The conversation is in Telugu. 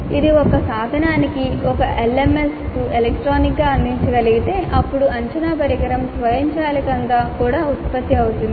ఇది ఒక సాధనానికి ఒక LMS కు ఎలక్ట్రానిక్గా అందించగలిగితే అప్పుడు అంచనా పరికరం స్వయంచాలకంగా కూడా ఉత్పత్తి అవుతుంది